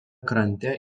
krante